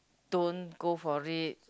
don't go for it